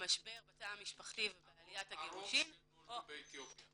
משבר בתא המשפחתי ובעליית הגירושין -- הרוב נולדו באתיופיה.